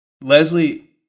Leslie